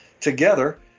Together